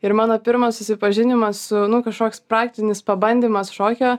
ir mano pirmas susipažinimas su nu kažkoks praktinis pabandymas šokio